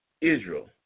Israel